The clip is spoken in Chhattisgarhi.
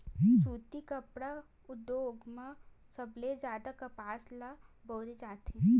सुती कपड़ा उद्योग म सबले जादा कपसा ल बउरे जाथे